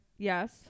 yes